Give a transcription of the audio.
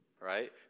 right